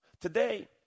Today